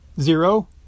Zero